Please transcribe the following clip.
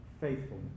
faithfulness